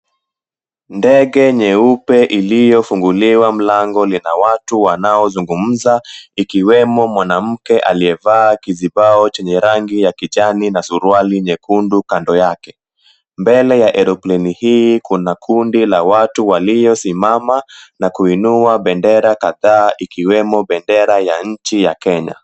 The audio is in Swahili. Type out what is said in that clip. Ndege nyeupe iliyofunguliwa mlango lina watu wanaozungumza ikiwemo mwanamke aliyevaa kizibao chenye rangi ya kijani na suruali nyekundu kando yake. Mbele ya aeroplane hii kuna kundi la watu waliosimama na kuinua bendera kadhaa ikiwemo bendera ya nchi ya Kenya.